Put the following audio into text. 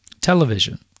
television